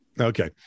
Okay